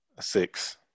Six